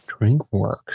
DrinkWorks